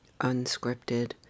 unscripted